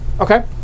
Okay